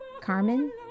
Carmen